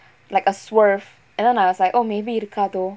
like a swerve and then I was like oh maybe இருக்காதோ:irukkaatho